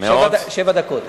דקה,